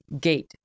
gate